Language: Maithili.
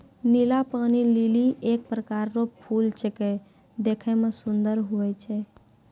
नीला पानी लीली एक प्रकार रो फूल छेकै देखै मे सुन्दर हुवै छै